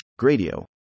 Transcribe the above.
Gradio